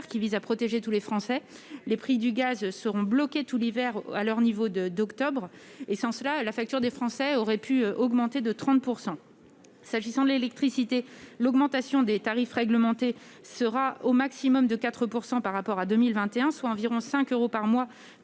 qui vise à protéger tous les Français. Les prix du gaz seront bloqués tout l'hiver à leur niveau d'octobre. Sans cela, la facture des Français aurait pu augmenter de 30 %. S'agissant de l'électricité, l'augmentation des tarifs réglementés sera au maximum de 4 % par rapport à 2021, soit environ 5 euros par mois